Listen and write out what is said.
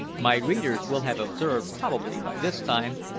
my readers will have observed, probably, by this time,